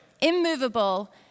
immovable